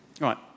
right